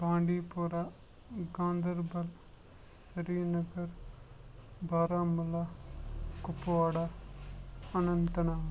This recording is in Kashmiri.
بانٛڈی پورہ گانٛدَربَل سریٖنگر بارہمولہٕ کُپواڑا اننٛت ناگ